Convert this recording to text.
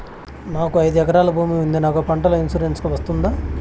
నాకు ఐదు ఎకరాల భూమి ఉంది నాకు పంటల ఇన్సూరెన్సుకు వస్తుందా?